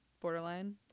borderline